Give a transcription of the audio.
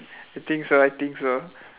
I think so I think so